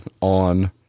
on